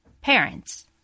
parents